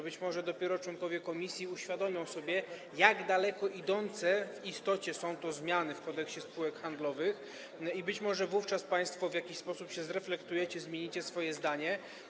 Być może dopiero członkowie komisji uświadomią sobie, jak daleko idące w istocie są to zmiany w Kodeksie spółek handlowych, i być może wówczas państwo w jakiś sposób się zreflektujecie i zmienicie swoje zdanie.